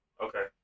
Okay